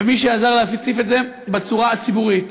ומי שעזר להציף את זה במישור הציבורי.